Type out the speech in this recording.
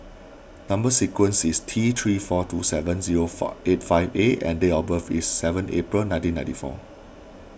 Number Sequence is T three four two seven zero far eight five A and date of birth is seven April nineteen ninety four